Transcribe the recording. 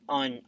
on